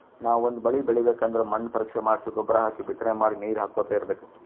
ನಾವ್ ಒಂದ್ ಬಳಿ ಬೆಳಿಬೇಕ್ ಅಂದ್ರ ಮಣ್ಣ್ ಪರೀಕ್ಷೆ ಮಾಡ್ಸಿ ಗೊಬ್ಬರ್ ಹಾಕಿ ಬಿತ್ತನೆ ಮಾಡಿ ನೀರ್ ಹಾಕೋತ್ ಇರ್ಬೆಕ್